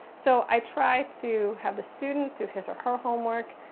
so, i try to have the student do his or her homework.